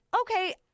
okay